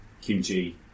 Kimchi